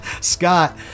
Scott